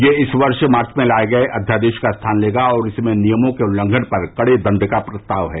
यह इस वर्ष मार्च में लाए अध्यादेश का स्थान लेगा और इसमें नियमों के उल्लंघन पर कड़े दंड का प्रस्ताव है